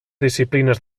disciplines